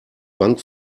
bank